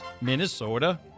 Minnesota